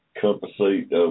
Compensate